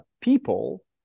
people